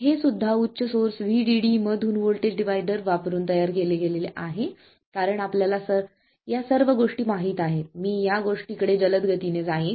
हे सुद्धा उच्च सोर्स VDD मधून व्होल्टेज डिव्हायडर वापरुन तयार केले गेले आहे कारण आपल्याला या सर्व गोष्टी माहित आहेत मी या गोष्टींकडे जलदगतीने जाईन